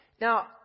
Now